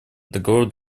договор